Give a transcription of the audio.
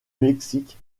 mexique